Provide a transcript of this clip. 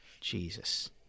jesus